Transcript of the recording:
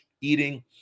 eating